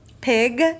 pig